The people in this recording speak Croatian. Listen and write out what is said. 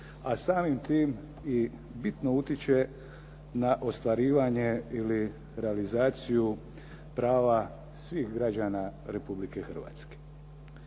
a samim tim i bitno utiče na ostvarivanje ili realizaciju prava svih građana Republike Hrvatske.